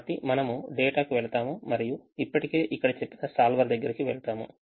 కాబట్టి మనము డేటాకు వెళ్తాము మరియు ఇప్పటికే ఇక్కడ చెప్పిన solverదగ్గరికి వెళ్తాము